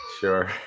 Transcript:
Sure